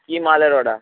কী মালের অর্ডার